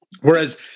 whereas